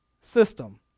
system